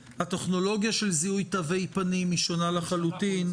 הטכנולוגיה של זיהוי תווי פנים היא שונה לחלוטין.